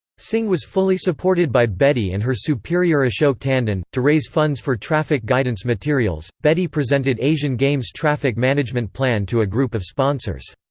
singh was fully supported by bedi and her superior ashok tandon to raise funds for traffic guidance materials, bedi presented asian games traffic management plan to a group of sponsors.